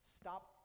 stop